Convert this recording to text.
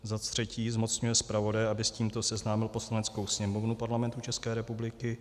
III. zmocňuje zpravodaje, aby s tímto seznámil Poslaneckou sněmovnu Parlamentu České republiky;